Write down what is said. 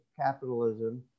capitalism